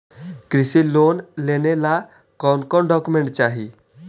कृषि लोन लेने ला कोन कोन डोकोमेंट चाही?